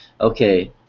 okay